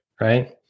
Right